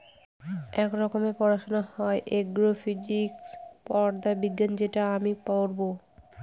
এক রকমের পড়াশোনা হয় এগ্রো ফিজিক্স পদার্থ বিজ্ঞান যেটা আমি পড়বো